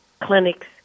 clinics